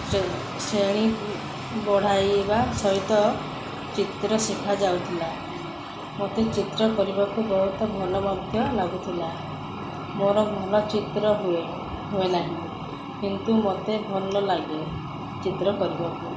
ଯେଉଁ ଶ୍ରେଣୀ ବଢ଼ାଇବା ସହିତ ଚିତ୍ର ଶିଖାଯାଉଥିଲା ମୋତେ ଚିତ୍ର କରିବାକୁ ବହୁତ ଭଲ ମଧ୍ୟ ଲାଗୁଥିଲା ମୋର ଭଲ ଚିତ୍ର ହୁଏ ହୁଏ ନାହିଁ କିନ୍ତୁ ମୋତେ ଭଲ ଲାଗେ ଚିତ୍ର କରିବାକୁ